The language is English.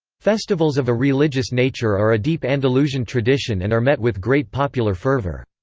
festivals of a religious nature are a deep andalusian tradition and are met with great popular fervor.